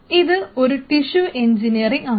ഇത് ഒരു tissue engineering ആണ്